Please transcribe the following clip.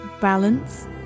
Balance